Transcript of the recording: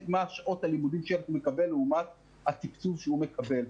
מה שעות הלימודים שילד מקבל לעומת התקצוב שהוא מקבל,